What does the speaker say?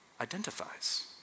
identifies